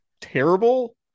Terrible